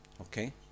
Okay